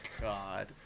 god